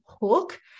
hook